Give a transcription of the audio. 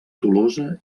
tolosa